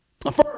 First